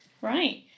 Right